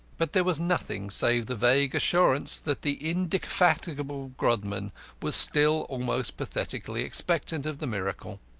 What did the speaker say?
but there was nothing save the vague assurance that the indefatigable grodman was still almost pathetically expectant of the miracle.